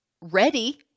ready